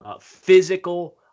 Physical